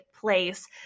place